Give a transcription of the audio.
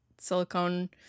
silicone